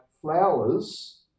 flowers